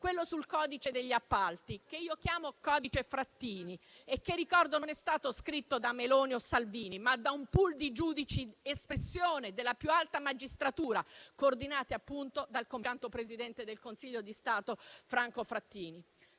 Governo Meloni - che io chiamo codice Frattini e che ricordo è stato scritto non da Meloni o Salvini, ma da un *pool* di giudici espressione della più alta magistratura, coordinato appunto dal compianto presidente del Consiglio di Stato Franco Frattini.